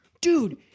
dude